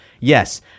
Yes